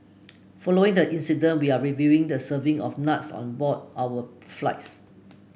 following the incident we are reviewing the serving of nuts on board our flights